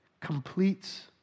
completes